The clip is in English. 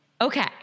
Okay